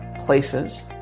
places